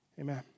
amen